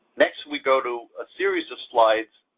next we go to a series of slides,